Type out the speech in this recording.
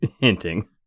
Hinting